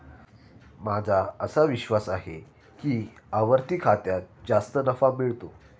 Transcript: माझा असा विश्वास आहे की आवर्ती खात्यात जास्त नफा मिळतो